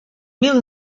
mil